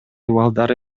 балдары